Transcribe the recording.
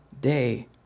day